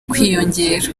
kwiyongera